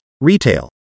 retail